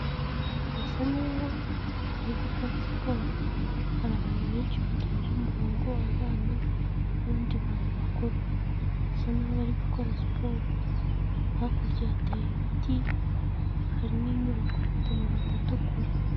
Birasa naho bari gukora siporo, hari abantu benshi batonze umurongo, abana n'abandi bantu bakuru basa naho bari gukora siporo, hakurya yateye ibiti hari n'inyubako ifite amabati atukura.